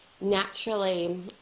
naturally